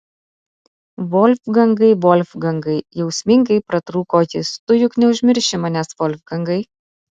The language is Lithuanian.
volfgangai volfgangai jausmingai pratrūko jis tu juk neužmirši manęs volfgangai